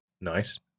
Nice